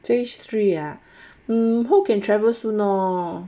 phase three ah um hope can travel soon lor